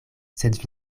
sed